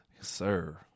sir